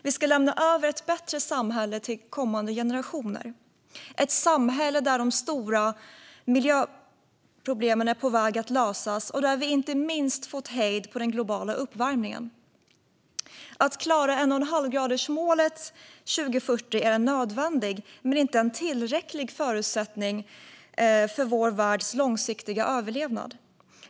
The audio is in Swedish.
Vi ska lämna över ett bättre samhälle till kommande generationer, ett samhälle där de stora miljöproblemen är på väg att lösas och där vi inte minst fått hejd på den globala uppvärmningen. Att klara 1,5-gradersmålet 2040 är en nödvändig men inte en tillräcklig förutsättning för vår världs långsiktiga överlevnad.